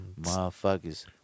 motherfuckers